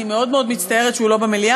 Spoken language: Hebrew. אני מאוד מאוד מצטערת שהוא לא במליאה,